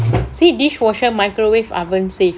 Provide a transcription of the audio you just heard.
see dishwasher microwave oven safe